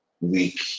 week